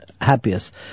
happiest